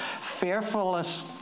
Fearfulness